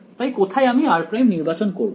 তাই কোথায় আমি r' নির্বাচন করবো